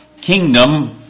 kingdom